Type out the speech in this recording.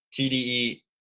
TDE